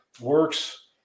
works